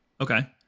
Okay